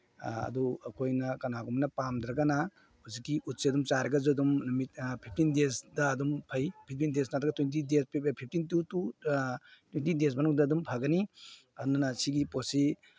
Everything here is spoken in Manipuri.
ꯑꯗꯨ ꯑꯩꯈꯣꯏꯅ ꯀꯅꯥꯒꯨꯝꯕꯅ ꯄꯥꯝꯗ꯭ꯔꯒꯅ ꯍꯧꯖꯤꯛꯀꯤ ꯎꯠꯁꯦ ꯑꯗꯨꯝ ꯆꯥꯏꯔꯒꯁꯨ ꯑꯗꯨꯝ ꯅꯨꯃꯤꯠ ꯐꯤꯞꯇꯤꯟ ꯗꯦꯁꯇ ꯑꯗꯨꯝ ꯐꯩ ꯐꯤꯞꯇꯤꯟ ꯗꯦꯁ ꯅꯠꯇ꯭ꯔꯒ twenty days fifteen to twenty days ꯃꯅꯨꯡꯗ ꯑꯗꯨꯝ ꯐꯒꯅꯤ ꯑꯗꯨꯅ ꯁꯤꯒꯤ ꯄꯣꯠꯁꯤ